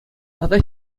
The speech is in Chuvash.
тата